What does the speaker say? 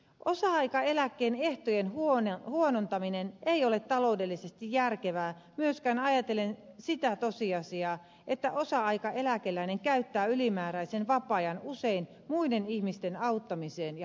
osa aikaeläkkeen ehtojen huonontaminen ei ole taloudellisesti järkevää myöskään ajatellen sitä tosiasiaa että osa aikaeläkeläinen käyttää ylimääräisen vapaa ajan usein muiden ihmisten auttamiseen ja hoitamiseen